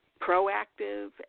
proactive